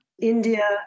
India